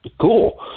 Cool